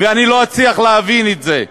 ואני לא אצליח להבין את זה.